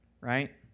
Right